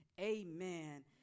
amen